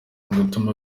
gutuma